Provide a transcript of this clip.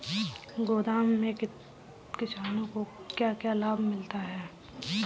गोदाम से किसानों को क्या क्या लाभ मिलता है?